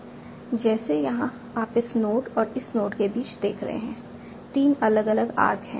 जैसे यहाँ आप इस नोड और इस नोड के बीच देख रहे हैं 3 अलग अलग आर्क हैं